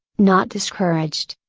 not discouraged,